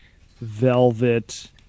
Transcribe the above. velvet